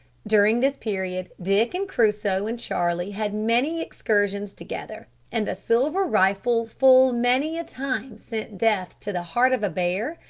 during this period, dick, and crusoe, and charlie had many excursions together, and the silver rifle full many a time sent death to the heart of bear,